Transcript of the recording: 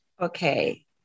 Okay